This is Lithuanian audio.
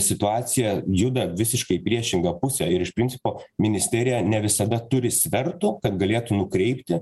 situacija juda visiškai priešingą pusę ir iš principo ministerija ne visada turi svertų kad galėtų nukreipti